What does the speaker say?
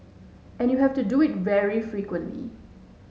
and you have to do it very frequently